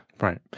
Right